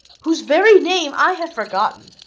whose very name i have forgotten,